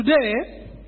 today